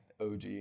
OG